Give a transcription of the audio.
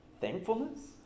thankfulness